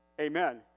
Amen